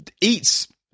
eats